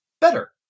better